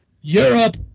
Europe